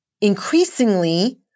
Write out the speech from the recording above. Increasingly